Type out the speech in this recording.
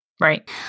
Right